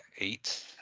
eight